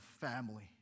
family